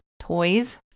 Toys